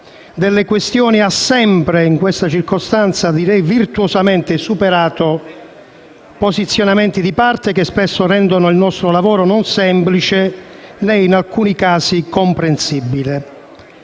delle questioni ha sempre superato - in questa circostanza direi virtuosamente - posizionamenti di parte che spesso rendono il nostro lavoro non semplice, né in alcuni casi comprensibile.